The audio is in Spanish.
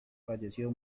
falleció